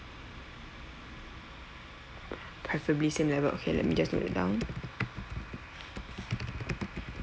preferably same level okay let me just note that down